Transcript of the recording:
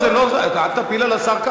אל תפיל על השר כץ.